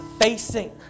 facing